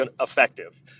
effective